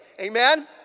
Amen